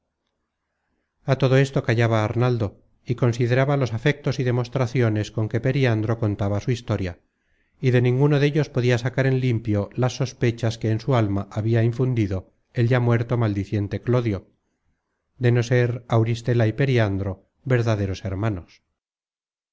todo esto callaba arnaldo y consideraba los afectos y demostraciones con que periandro contaba su historia y de ninguno dellos podia sacar en limpio las sospechas que en su alma habia infundido el ya inuerto maldiciente clodio de no ser auristela y periandro verdaderos hermanos